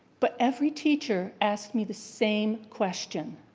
but every teacher asked me the same question.